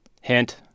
Hint